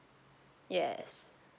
yes